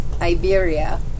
Iberia